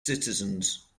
citizens